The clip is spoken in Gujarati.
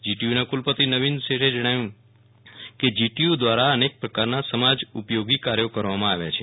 જીટીયુના કુલપતિ નવીન શેઠએ જણાવ્યું કે જીટીયુ દ્વારા અનેક પ્રકારના સમાજ ઉપયોગી કાર્યો કરવામાં આવ્યા છે